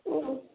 ஓ